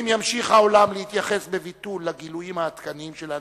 אם ימשיך העולם להתייחס בביטול לגילויים העדכניים של האנטישמיות,